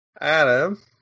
Adam